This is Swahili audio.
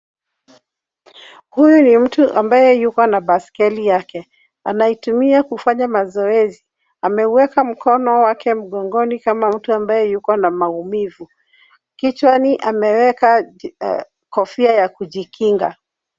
Huyu ni mtu ambaye yuko na baiskeli yake. Anaitumia kufanya mazoezi, ameweka mkono wake mgongoni kama mtu ambaye yuko na maumivu. Kicwhani ameweka kofia ya kujikinga.